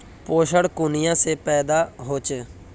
पोषण कुनियाँ से पैदा होचे?